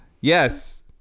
Yes